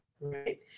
Right